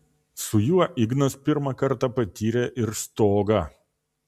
su juo ignas pirmą kartą patyrė ir stogą